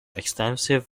extensive